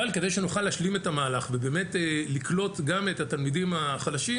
אבל כדי שנוכל להשלים את המהלך ובאמת לקלוט גם את התלמידים החלשים